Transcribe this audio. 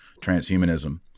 transhumanism